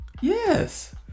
Yes